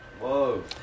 Whoa